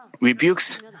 rebukes